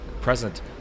present